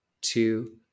two